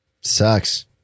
Sucks